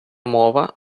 мова